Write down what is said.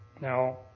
Now